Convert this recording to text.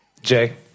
Jay